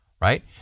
right